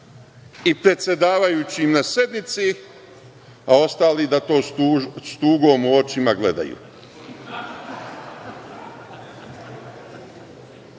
i predsedavajućim na sednici, a ostali da to s tugom u očima gledaju. Drugo,